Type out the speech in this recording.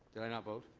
yeah not vote?